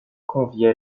conviait